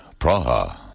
Praha